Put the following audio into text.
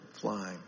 flying